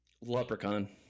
Leprechaun